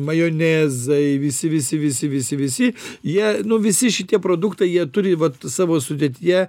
majonezai visi visi visi visi visi jie nu visi šitie produktai jie turi vat savo sudėtyje